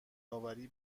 آوری